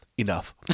enough